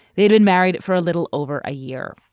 they'd been married for a little over a year.